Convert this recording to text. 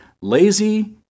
lazy